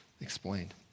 explained